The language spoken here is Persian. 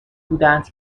بودند